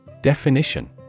Definition